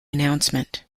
announcement